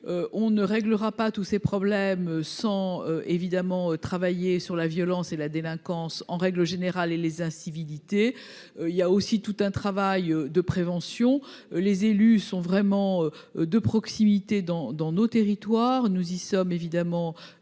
on ne réglera pas tous ces problèmes sans évidemment travailler sur la violence et la délinquance, en règle générale et les incivilités, il y a aussi tout un travail de prévention, les élus sont vraiment de proximité dans dans nos territoires, nous y sommes évidemment